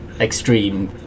extreme